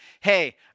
hey